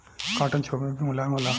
cotton छुवे मे भी मुलायम होला